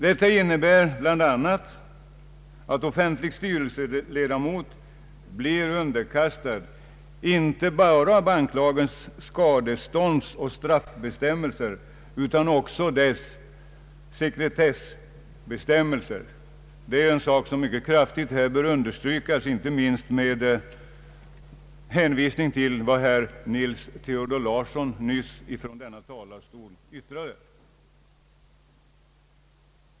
Detta innebär bl.a. att offentlig styrelseledamot blir underkastad in te bara banklagens skadeståndsoch straffbestämmelser utan också dess sekretessbestämmelser. Det är en sak som mycket kraftigt här bör understrykas, inte minst med hänvisning till vad herr Nils Theodor Larsson nyss yttrade från denna talarstol.